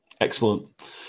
excellent